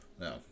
No